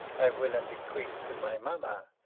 i will and bequeath to my mamma,